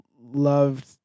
loved